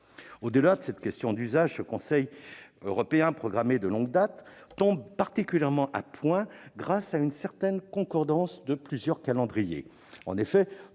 Au-delà de cette question d'usage, cette réunion du Conseil européen programmée de longue date tombe particulièrement à point, grâce à une concordance de plusieurs calendriers.